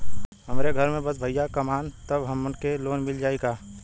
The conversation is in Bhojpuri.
हमरे घर में बस भईया कमान तब हमहन के लोन मिल जाई का?